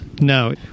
No